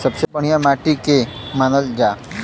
सबसे बढ़िया माटी के के मानल जा?